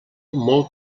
molt